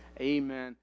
Amen